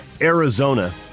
Arizona